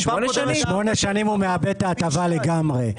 שמונה שנים, הוא מאבד את ההטבה לגמרי.